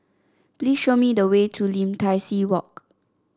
please show me the way to Lim Tai See Walk